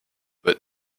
but